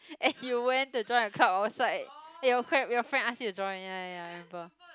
and you went to join a club outside and your cred~ your friend ask you to join ya ya ya I remember